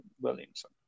Williamson